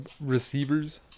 Receivers